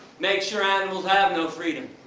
make sure animals have no freedom,